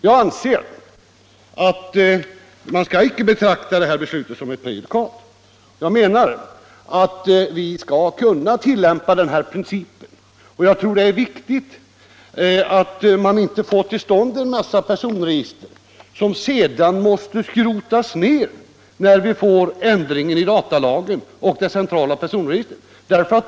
Jag anser att regeringens beslut inte skall betraktas som ett prejudikat. Jag menar att vi bör kunna tillämpa den princip jag nämnt. Det är viktigt att inte få till stånd en mängd personregister som måste skrotas ner när datalagen ändras och det centrala statliga personregistret inrättas.